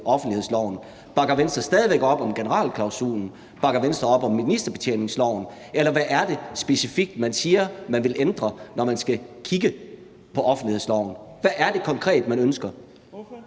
Bakker Venstre stadig væk op om generalklausulen, bakker Venstre op om ministerbetjeningsreglen, eller hvad er det specifikt, som man siger man vil ændre, når man skal kigge på offentlighedsloven? Hvad er det konkret, man ønsker?